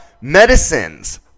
medicines